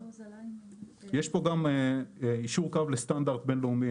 יש פה גם יישור קו לסטנדרט בין-לאומי,